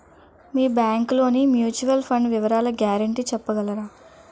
మీ bank లోని mutual fund వివరాల guarantee చెప్పగలరా?